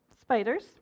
spiders